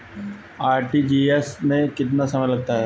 RTGS में कितना समय लगता है?